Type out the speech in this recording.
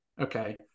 Okay